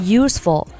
useful